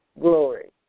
glory